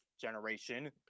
generation